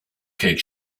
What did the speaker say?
cake